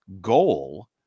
goal